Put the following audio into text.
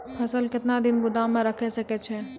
फसल केतना दिन गोदाम मे राखै सकै छौ?